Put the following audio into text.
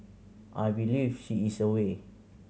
I believe she is away